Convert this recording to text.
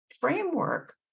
framework